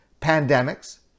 pandemics